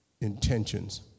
intentions